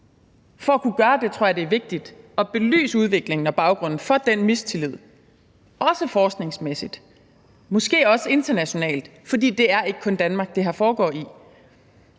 For at kunne gøre det tror jeg det er vigtigt at belyse udviklingen og baggrunden for den mistillid, også forskningsmæssigt, måske også internationalt, for det er ikke kun i Danmark, at det her foregår.